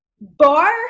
bar